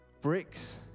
bricks